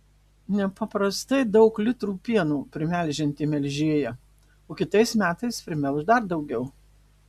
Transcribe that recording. nepaprastai daug litrų pieno primelžianti melžėja o kitais metais primelš dar daugiau